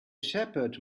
shepherd